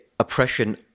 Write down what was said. oppression